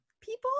people